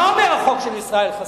מה אומר החוק של ישראל חסון?